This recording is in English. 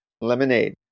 lemonade